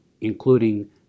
including